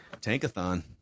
Tankathon